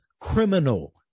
criminal